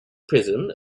prism